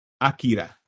Akira